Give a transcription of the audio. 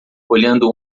olhando